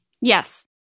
Yes